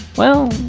well,